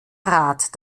rat